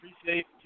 Appreciate